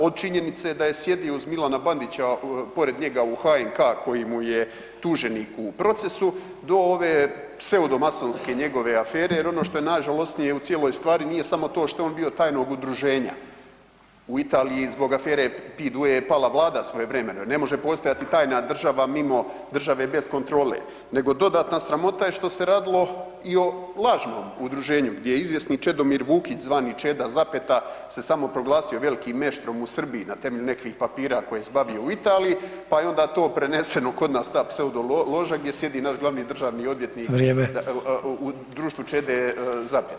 Od činjenice da je sjedio uz Milana Bandića, pored njega u HNK koji mu je tuženik u procesu do ove pseudomasonske njegove afere jer ono što je najžalosnije u cijeloj stvari nije samo to što je on bio tajnog udruženja, u Italiji zbog afere …/nerazumljivo/… je pala vlada svojevremeno jer ne može postojati tajna država mimo države bez kontrole, nego dodatna sramota je što se radilo i o lažnom udruženju gdje je izvjesni Čedomir Vukić zvani Čeda zapeta se samoproglasio velikim meštrom u Srbiju na temelju nekih papira koje je zbavio u Italiji, pa je onda to preneseno kod nas ta pseudoloža gdje sjedi naš glavni državni odvjetnik [[Upadica: Vrijeme.]] u društvu Čede zapeta.